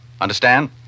understand